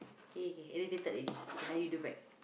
okay okay okay irritated already okay now you do back